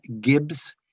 Gibbs